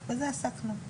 בזה עסקנו.